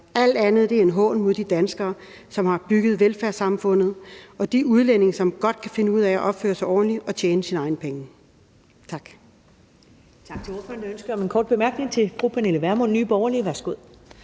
Alt andet er en hån mod de danskere, som har bygget velfærdssamfundet, og de udlændinge, som godt kan finde ud af at opføre sig ordentligt og tjene deres egne penge. Tak.